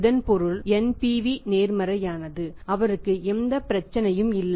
இதன் பொருள் NPV நேர்மறையானது அவருக்கு எந்த பிரச்சனையும் இல்லை